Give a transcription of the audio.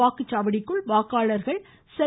வாக்குச்சாவடிக்குள் வாக்காளர்கள் செல்